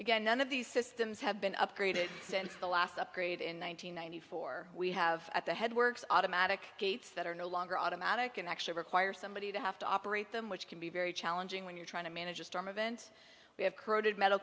again none of these systems have been upgraded since the last upgrade in one thousand nine hundred four we have at the head works automatic gates that are no longer automatic and actually require somebody to have to operate them which can be very challenging when you're trying to manage a storm event we have corroded metal